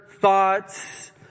thoughts